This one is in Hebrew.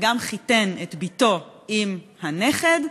שגם חיתן את בתו עם הנכד,